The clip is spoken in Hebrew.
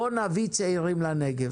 בוא נביא צעירים לנגב.